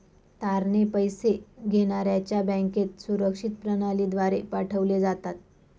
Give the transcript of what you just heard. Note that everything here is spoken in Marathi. तारणे पैसे घेण्याऱ्याच्या बँकेत सुरक्षित प्रणालीद्वारे पाठवले जातात